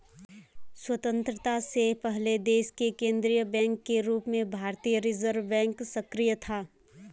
स्वतन्त्रता से पहले देश के केन्द्रीय बैंक के रूप में भारतीय रिज़र्व बैंक ही सक्रिय था